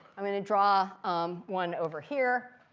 i'm going to draw um one over here.